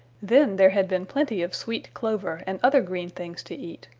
then there had been plenty of sweet clover and other green things to eat,